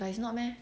but it's not meh